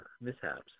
mishaps